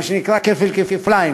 מה שנקרא כפל כפליים.